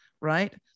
right